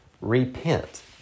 repent